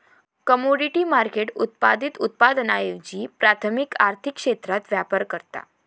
commodity market उत्पादित उत्पादनांऐवजी प्राथमिक आर्थिक क्षेत्रात व्यापार करता